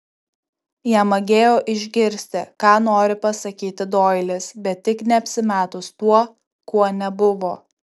jam magėjo išgirsti ką nori pasakyti doilis bet tik ne apsimetus tuo kuo nebuvo